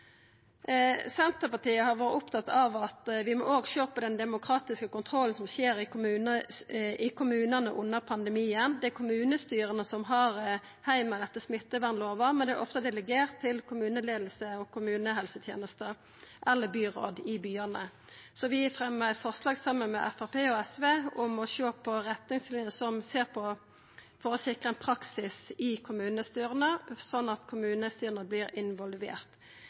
Senterpartiet har vore opptatt av at vi òg må sjå på den demokratiske kontrollen som skjer i kommunane under pandemien. Det er kommunestyra som har heimel etter smittevernlova, men det er ofte delegert til kommuneleiinga, kommunehelsetenesta eller byråda i byane. Vi fremjar, saman med Framstegspartiet og SV, eit forslag om å sjå på retningslinjene for å sikra ein praksis der kommunestyra vert involverte. Covid-19-pandemien har ført til de mest inngripende tiltakene i